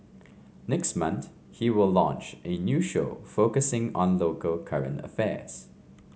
next month he will launch a new show focusing on local current affairs